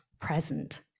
present